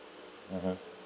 mmhmm